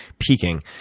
peaking.